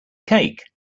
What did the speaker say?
cake